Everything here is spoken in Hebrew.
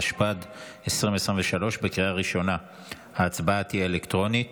התשפ"ד 2023. ההצבעה תהיה אלקטרונית.